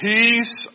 Peace